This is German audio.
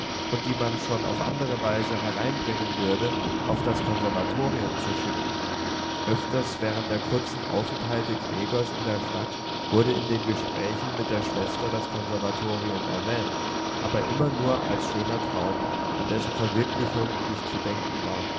und die man schon auf andere weise hereinbringen würde auf das konservatorium zu schicken öfters während der kurzen aufenthalte gregors in der stadt wurde in den gesprächen mit der schwester das konservatorium erwähnt aber immer nur als schöner traum an dessen verwirklichung nicht zu denken war